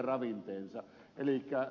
elikkä ed